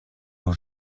aux